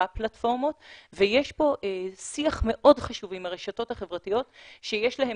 בפלטפורמות ויש פה שיח מאוד חשוב עם הרשתות החברתיות שיש להן